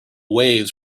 waves